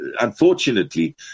unfortunately